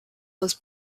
was